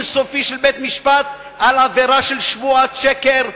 סופי של בית-משפט על עבירה של שבועת שקר,